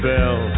Bell